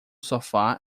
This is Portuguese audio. sofá